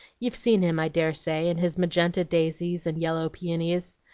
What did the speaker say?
you've seen him, i dare say, and his magenta daisies and yellow peonies.